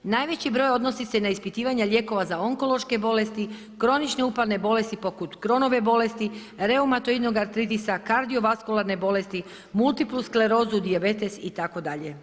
Najveći broj odnosi se na ispitivanje lijekova za onkološke bolesti, kronične upalne bolesti poput kronove bolesti, reumatoidnog artritisa, kardiovaskularne bolesti, multiplusklerozu, dijabetes itd.